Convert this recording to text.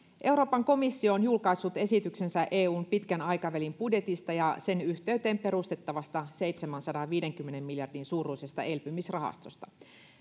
euroopan komissio on julkaissut esityksensä eun pitkän aikavälin budjetista ja sen yhteyteen perustettavasta seitsemänsadanviidenkymmenen miljardin euron suuruisesta elpymisrahastosta